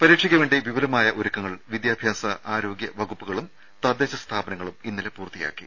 പരീക്ഷയ്ക്ക് വേണ്ടി വിപുലമായ ഒരുക്കങ്ങൾ വിദ്യാഭ്യാസ ആരോഗ്യ വകുപ്പുകളും തദ്ദേശ സ്ഥാപനങ്ങളും ഇന്നലെ പൂർത്തിയാക്കി